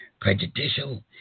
prejudicial